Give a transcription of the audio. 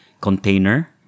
container